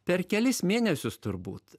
per kelis mėnesius turbūt